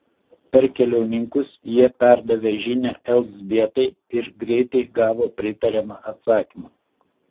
per keliauninkus jie perdavė žinią elzbietai ir greitai gavo pritariamą atsakymą